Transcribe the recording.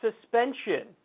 suspension